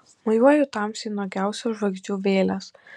mojuoju tamsai nuogiausios žvaigždžių vėlės